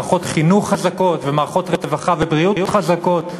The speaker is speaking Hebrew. וצריך מערכות חינוך חזקות ומערכות רווחה ובריאות חזקות.